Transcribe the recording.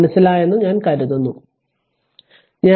മനസ്സിലായെന്നു ഞാൻ കരുതുന്നു ഞാൻ അത് മായ്ക്കട്ടെ